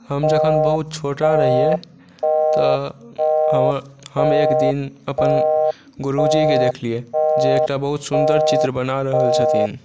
हम जखन बहुत छोटा रहियै तऽ हमर हम एकदिन अपन गुरूजी केँ देखलियै जे एकटा बहुत सुन्दर चित्र बना रहल छथिन